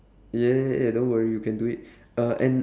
ya ya ya don't worry you can do it uh and